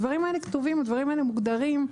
הדברים האלה מוגדרים וכתובים.